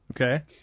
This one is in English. Okay